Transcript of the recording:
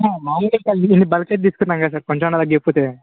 మామూలుగా అయితే అన్ని బల్క్ ఏ తీసుకున్న కదా సార్ కొంచెం ఉన్న తగ్గించపోతే